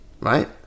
Right